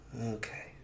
okay